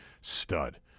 stud